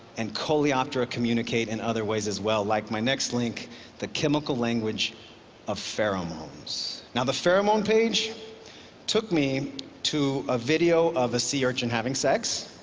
and coleoptera communicate in other ways as well. like my next link the chemical language of pheromones. now the pheromone page took me to a video of a sea urchin having sex.